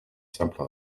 simple